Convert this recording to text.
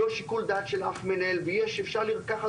לא שיקול דעת של אף מנהל ואפשר לקחת